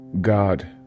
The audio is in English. God